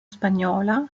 spagnola